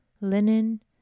linen